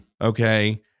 okay